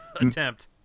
attempt